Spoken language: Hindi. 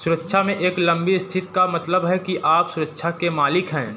सुरक्षा में एक लंबी स्थिति का मतलब है कि आप सुरक्षा के मालिक हैं